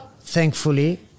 thankfully